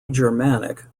germanic